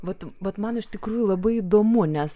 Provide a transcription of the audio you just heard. vat vat man iš tikrųjų labai įdomu nes